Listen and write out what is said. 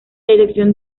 dirección